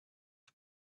for